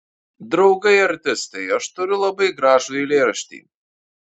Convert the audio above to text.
draugai artistai aš turiu labai gražų eilėraštį